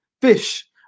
fish